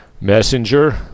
Messenger